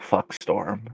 Fuckstorm